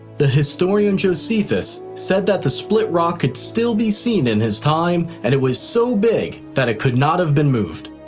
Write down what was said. the historian josephus said that the split rock could still be seen in his time and it was so big that it could not have been moved.